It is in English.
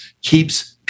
keeps